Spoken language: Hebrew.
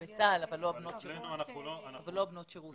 בצה"ל, אבל לא בנות השירות.